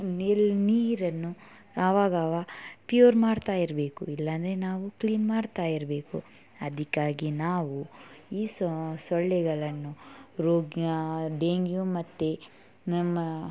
ನೀರ್ ನೀರನ್ನು ಅವಾಗಾವಾಗ ಪ್ಯೂರ್ ಮಾಡುತ್ತಾ ಇರಬೇಕು ಇಲ್ಲಾಂದರೆ ನಾವು ಕ್ಲೀನ್ ಮಾಡ್ತಾ ಇರಬೇಕು ಅದಕಾಗಿ ನಾವು ಈ ಸೊಳ್ಳೆಗಳನ್ನು ರೋಗ್ಯ ಡೇಂಗ್ಯು ಮತ್ತೆ ನಮ್ಮ